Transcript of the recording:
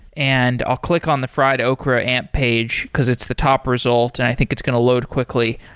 and i'll click on the fried okra amp page, because it's the top result, and i think it's going to load quickly,